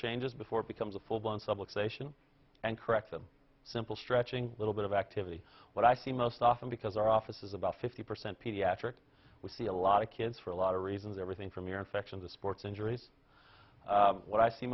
changes before it becomes a full blown supplication and corrected simple stretching a little bit of activity what i see most often because our office is about fifty percent pediatric we see a lot of kids for a lot of reasons everything from ear infections the sports injuries what i see